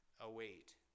await